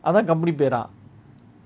அதன்:athan company பேரம்:peram